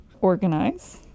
organize